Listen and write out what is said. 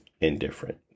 indifferent